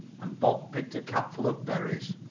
and bob picked a capful of berries.